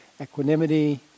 equanimity